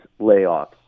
layoffs